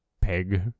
peg